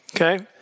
Okay